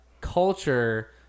culture